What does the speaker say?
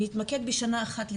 אני אתמקד בשנה אחת לדוגמה,